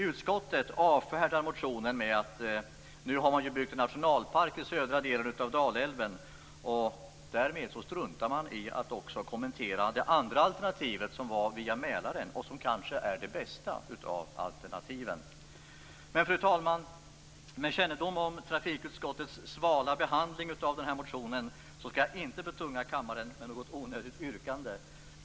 Utskottet avfärdar motionen med att det nu har inrättats en nationalpark längs södra delen av Dalälven. Därmed struntar man i att också kommentera det andra alternativet, via Mälaren, som kanske är det bästa av alternativen. Fru talman! Med kännedom om trafikutskottets svala behandling av motionen skall jag dock inte betunga kammaren med något onödigt yrkande.